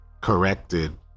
corrected